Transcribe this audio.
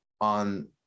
on